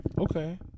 Okay